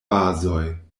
bazoj